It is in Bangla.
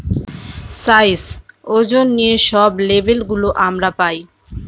সাইজ, ওজন নিয়ে সব লেবেল গুলো আমরা পায়